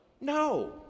No